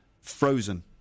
frozen